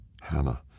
Hannah